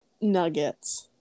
nuggets